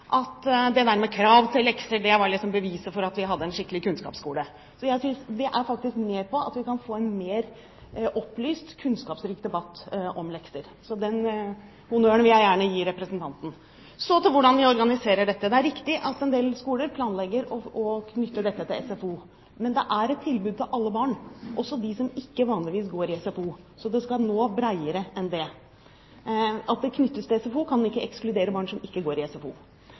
at dette med krav til lekser var beviset på at vi hadde en skikkelig kunnskapsskole. Så jeg synes dette er med på at vi kan få en mer opplyst, kunnskapsrik debatt om lekser. Den honnøren vil jeg gjerne gi representanten. Så til hvordan vi organiserer dette: Det er riktig at en del skoler planlegger å knytte det til SFO, men det er et tilbud til alle barn, også dem som ikke vanligvis går i SFO – så det skal nå bredere enn det. At det knyttes til SFO, kan ikke ekskludere barn som ikke går i SFO.